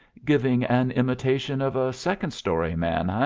giving an imitation of a second-story man, ah?